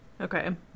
okay